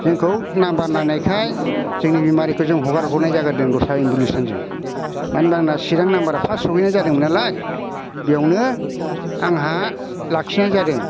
जोंखौ नाम्बार नायनायखाय जोंनि बेमारिखौ जों हगार हरनाय जाग्रोदों दस्रा एम्बुलेन्सजों मानोना आंना चिरां नाम्बारा फर्स्ट सहैनाय जाग्रोदों नालाय बेयावनो आंहा लाखिनाय जादों